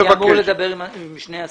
אני אמור לדבר עם שני השרים.